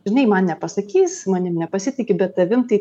žinai man nepasakys manim nepasitiki bet tavim tai